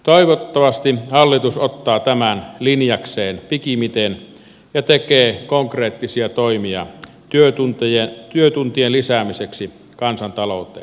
toivottavasti hallitus ottaa tämän linjakseen pikimmiten ja tekee konkreettisia toimia työtuntien lisäämiseksi kansantalouteen